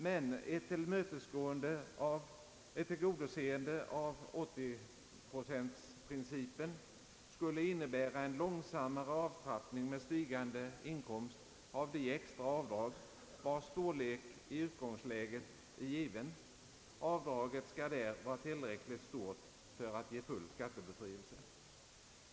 Men ett tillgodoseende av 80-procentsprincipen skulle innebära en långsammare av extra avdrag, vilkas storlek i utgångsläget är given — avdraget skall där vara tillräckligt stort för att ge full skattebefrielse.